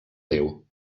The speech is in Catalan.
déu